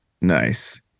Nice